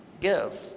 give